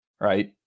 right